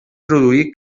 produí